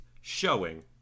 showing